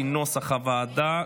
כנוסח הוועדה,